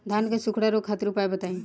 धान के सुखड़ा रोग खातिर उपाय बताई?